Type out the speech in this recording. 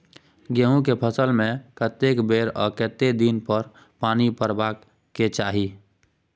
गेहूं के फसल मे कतेक बेर आ केतना दिन पर पानी परबाक चाही?